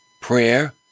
prayer